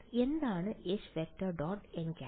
എന്താണ് H→ · nˆ